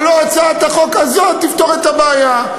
אבל לא הצעת החוק הזאת תפתור את הבעיה.